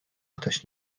ktoś